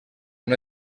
una